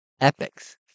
epics